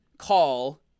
Call